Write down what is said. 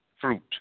fruit